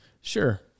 Sure